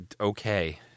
Okay